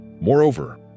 Moreover